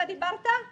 אתה דיברת?